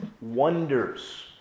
wonders